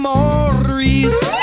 Maurice